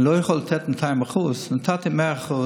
אני לא יכול לתת 200%. נתתי 100%